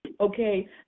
Okay